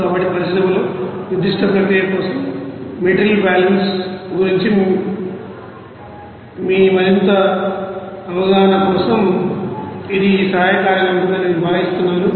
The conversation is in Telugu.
కాబట్టి పరిశ్రమలో నిర్దిష్ట ప్రక్రియ కోసం మెటీరియల్ బ్యాలెన్స్ గురించి మీ మరింత అవగాహన కోసం ఇది చాలా సహాయకారిగా ఉంటుందని నేను భావిస్తున్నాను